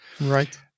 right